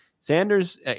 Sanders